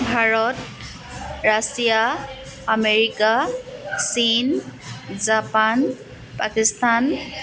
Bharat Russia America চীন Japan Pakistan